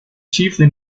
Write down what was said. chiefly